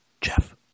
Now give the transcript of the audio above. Jeff